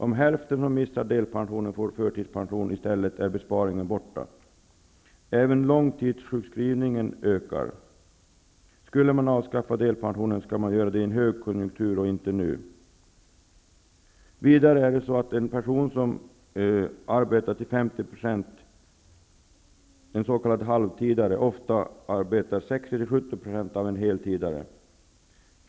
Om hälften av dem som missar delpension i stället får förtidspension, är besparingen borta. Även långtidssjukskrivningarna ökar. Skall man avskaffa delpensionen, skall man göra det i en högkonjunktur och inte nu. Vidare gör en halvtidare ofta 60--70 % av en heltidares arbetsinsats.